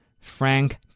Frank